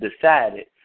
decided